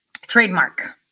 trademark